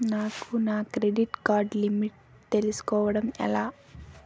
నాకు నా credit card limit తెలుసుకోవడం ఎలా?